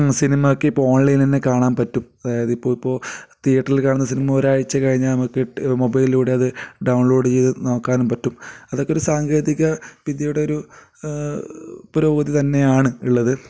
സിനിമക്ക് ഇപ്പോൾ ഓൺലൈൻ തന്നെ കാണാൻ പറ്റും അതായത് ഇപ്പോൾ ഇപ്പോൾ തീയേറ്ററിൽ കാണുന്ന സിനിമ ഒരാഴ്ച കഴിഞ്ഞാൽ നമുക്ക് മൊബൈലിലൂടെ അതു ഡൗൺലോഡ് ചെയ്തു നോക്കാനും പറ്റും അതൊക്കെ ഒരു സാങ്കേതിക വിദ്യയുടെ ഒരു പുരോഗതി തന്നെയാണ് ഉള്ളത്